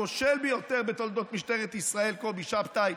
הכושל ביותר בתולדות משטרת ישראל, קובי שבתאי.